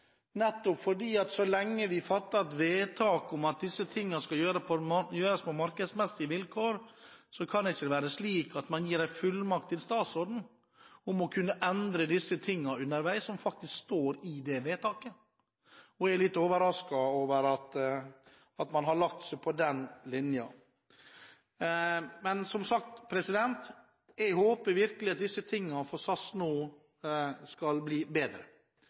så lenge vi fatter et vedtak om at disse tingene skal gjøres på markedsmessige vilkår, kan det ikke være slik at man gir statsråden fullmakt til å kunne endre underveis nettopp det som står i vedtaket. Jeg er litt overrasket over at man har lagt seg på den linjen. Men som sagt: Jeg håper virkelig at det nå skal gå bedre for SAS.